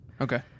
Okay